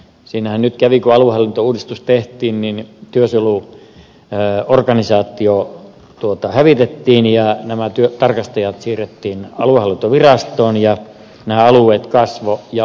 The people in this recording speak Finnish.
siinähän nyt kävi niin kun aluehallintouudistus tehtiin että työsuojeluorganisaatio hävitettiin ja tarkastajat siirrettiin aluehallintovirastoon